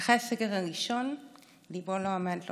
לאחר הסגר הראשון ליבו לא עמד לו.